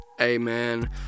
amen